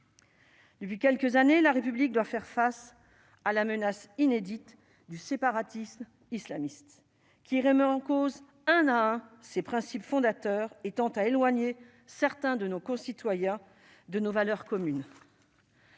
Depuis quelques années, la République doit faire face à la menace inédite du séparatisme islamiste, qui remet en cause un à un ses principes fondateurs et tend à éloigner certains de nos concitoyens de nos valeurs communes.